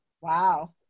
Wow